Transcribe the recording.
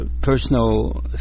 personal